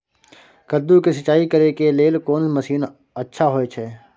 कद्दू के सिंचाई करे के लेल कोन मसीन अच्छा होय छै?